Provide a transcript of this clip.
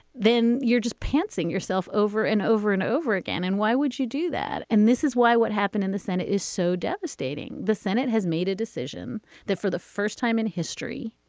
then you're just passing yourself over and over and over again. and why would you do that? and this is why what happened in the senate is so devastating. the senate has made a decision that for the first time in history,